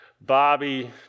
Bobby